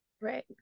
Right